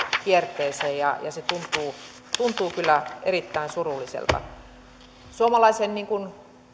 kierteeseen ja se tuntuu kyllä erittäin surulliselta suomalainen niin kuin